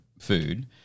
food